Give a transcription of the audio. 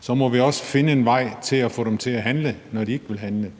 Så må vi også finde en vej til at få dem til at handle, når de ikke vil handle.